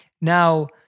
Now-